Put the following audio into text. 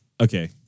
Okay